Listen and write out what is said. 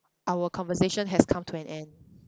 our conversation has come to an end